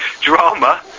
drama